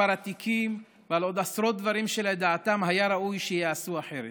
מספר התיקים ועל עוד עשרות דברים שלדעתם היה ראוי שייעשו אחרת,